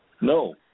No